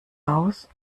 aus